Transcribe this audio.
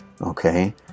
Okay